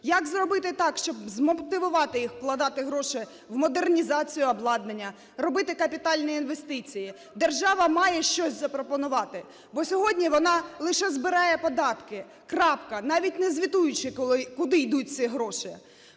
Як зробити так, щоб змотивувати їх вкладати гроші в модернізацію обладнання, робити капітальні інвестиції? Держава має щось запропонувати, бо сьогодні вона лише збирає податки - крапка, навіть не звітуючи, куди ідуть ці гроші.